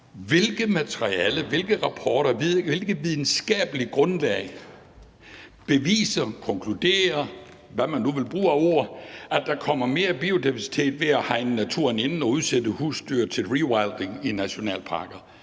Hvilket materiale, hvilke rapporter, hvilket videnskabeligt grundlag beviser, konkluderer – hvad man nu vil bruge af ord – at der kommer mere biodiversitet ved at hegne naturen ind og udsætte husdyr til rewilding i nationalparker?